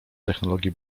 technologii